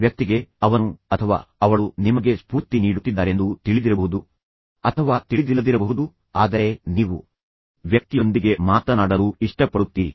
ಆ ವ್ಯಕ್ತಿಗೆ ಅವನು ಅಥವಾ ಅವಳು ನಿಮಗೆ ಸ್ಫೂರ್ತಿ ನೀಡುತ್ತಿದ್ದಾರೆಂದು ತಿಳಿದಿರಬಹುದು ಅಥವಾ ತಿಳಿದಿಲ್ಲದಿರಬಹುದು ಆದರೆ ನೀವು ವ್ಯಕ್ತಿಯೊಂದಿಗೆ ಮಾತನಾಡಲು ಇಷ್ಟಪಡುತ್ತೀರಿ